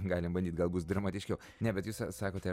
galim bandyt gal bus dramatiškiau ne bet jūs sakote